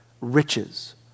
Riches